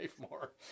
more